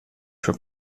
für